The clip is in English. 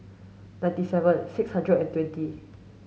ninety seven six hundred and twenty